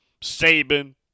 Saban